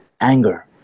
anger